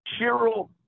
Cheryl